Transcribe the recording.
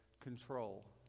control